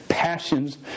Passions